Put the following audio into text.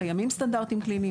קיימים סטנדרטים קליניים,